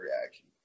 reaction